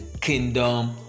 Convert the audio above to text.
kingdom